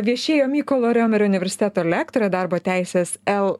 viešėjo mykolo riomerio universiteto lektorė darbo teisės l